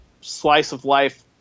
slice-of-life